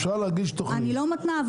אני לא מתנה.